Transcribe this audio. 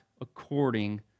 according